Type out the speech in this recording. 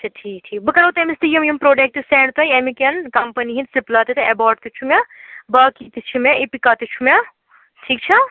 اچھا ٹھیٖک ٹھیٖک بہٕ کَرو تٔمِس تہِ یِم یِم پرٛوڈکٹ سٮ۪نٛڈ تُہۍ ییٚمِکٮ۪ن کمپٔنی ہِنٛدۍ سِپلا تہِ تہٕ اٮ۪باٹ تہِ چھُ مےٚ باقٕے تہِ چھِ مےٚ اِپِکا تہِ چھُ مےٚ ٹھیٖک چھا